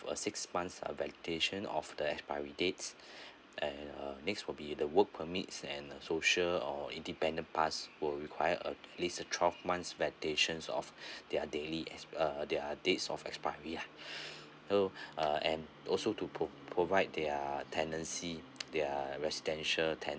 a six months uh validation of the expiry dates and uh next would be the work permits and a social or independent pass will require at least a twelve months validations of their daily uh their dates of expiry lah so uh and also to pro~ provide their tenancy their residential te~